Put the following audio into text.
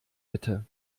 bitte